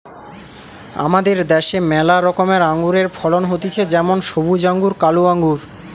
আমাদের দ্যাশে ম্যালা রকমের আঙুরের ফলন হতিছে যেমন সবুজ আঙ্গুর, কালো আঙ্গুর